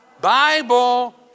Bible